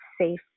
safe